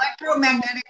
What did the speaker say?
Electromagnetic